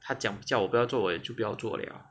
他讲叫我不要做我也去不要做 leh